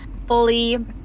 fully